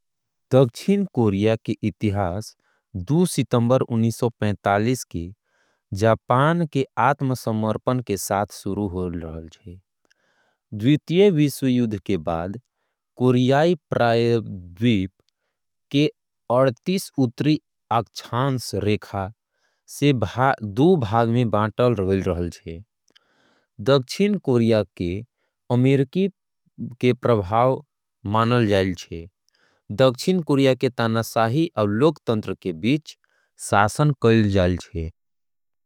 दक्षिण कोरिया के इतिहास दु सितंबर उन्नीस सौ पैतालीस। के जापान के आत्मसमर्पण के साथ शुरू होयल रहल छे। द्वितीय विश्वयुद्ध के बाद कोरियाई प्राय द्वीप के अड़तीस। उत्तरी अक्षांश रेखा के बाद दो भाग में बाटल रहल छे। दक्षिण कोरिया के अमेरिकी के प्रभाव मानल जाए रहल छे। दक्षिण कोरिया तानाशाह के रूप मनाल जय छे।